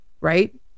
right